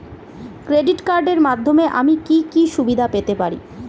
Credit কার্ডের মাধ্যমে আমি কি কি সুবিধা পেতে পারি?